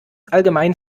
allgemein